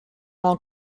all